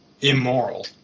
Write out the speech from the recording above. immoral